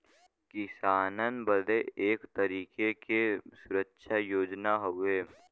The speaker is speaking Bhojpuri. किसानन बदे एक तरीके के सुरक्षा योजना हउवे